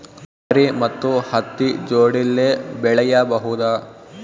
ತೊಗರಿ ಮತ್ತು ಹತ್ತಿ ಜೋಡಿಲೇ ಬೆಳೆಯಬಹುದಾ?